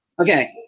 Okay